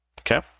Okay